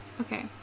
Okay